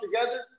together –